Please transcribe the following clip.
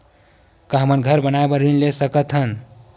का हमन घर बनाए बार ऋण ले सकत हन?